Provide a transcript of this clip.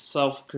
South